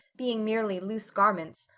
being merely loose garments,